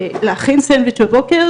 להכין סנדוויץ' בבוקר,